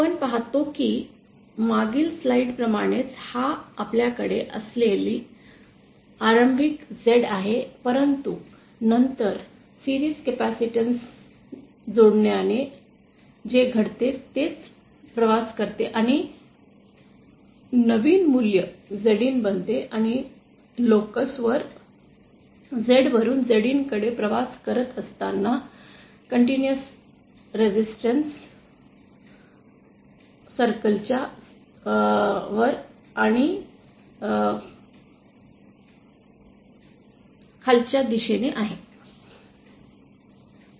आपण पाहतो की मागील स्लाइड प्रमाणेच हा आपल्याकडे असलेला आरंभिक Z आहे परंतु नंतर मालिकेत कॅपेसिटन्स जोडण्याने जे घडते तेच Z प्रवास करते आणि एक नवीन मूल्य Zin बनते आणि लोकस वर Z वरून Zin कडे प्रवास करत असताना सतत रीज़िस्टन्स वर्तृळच्या सह आणि खालच्या दिशेने आहे